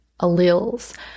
alleles